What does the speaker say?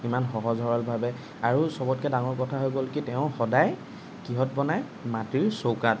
ইমান সহজ সৰলভাৱে আৰু চবতকৈ ডাঙৰ কথা হৈ গ'ল কি তেওঁ সদায় কিহত বনাই মাটিৰ চৌকাত